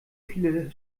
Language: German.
viele